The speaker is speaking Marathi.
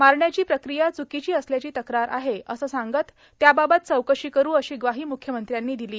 मारण्याची प्रक्रिया चुकीची असल्याची तक्रार आहे असं सांगत त्याबाबत चौकशी करू अशी ग्वाही मुख्यमंत्र्यांनी दिली